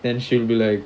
then she'll be like